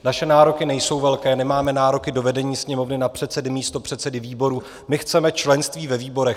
Naše nároky nejsou velké, nemáme nároky do vedení Sněmovny, na předsedu, místopředsedy Sněmovny, my chceme členství ve výborech.